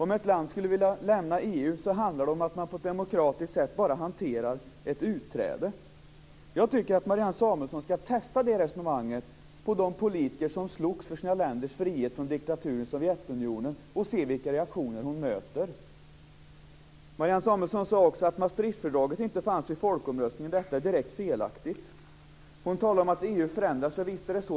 Om ett land skulle vilja lämna EU handlar det om att man på ett demokratiskt sätt bara hanterar ett utträde. Jag tycker att Marianne Samuelsson skall testa det resonemanget på de politiker som slogs för sina länders frihet från diktaturen i Sovjetunionen och se vilka reaktioner hon möter. Marianne Samuelsson sade också att Maastrichtfördraget inte fanns vid folkomröstningen. Det är direkt felaktigt. Hon talar om att EU förändrar sig, och visst är det så.